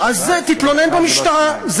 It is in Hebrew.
אז תתלונן במשטרה.